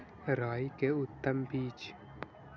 राई के उतम बिज?